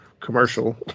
commercial